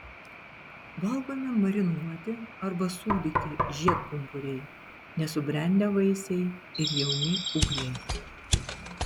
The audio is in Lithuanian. valgomi marinuoti arba sūdyti žiedpumpuriai nesubrendę vaisiai ir jauni ūgliai